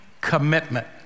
commitment